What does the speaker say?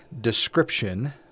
description